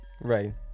Right